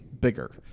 bigger